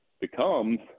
becomes